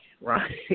right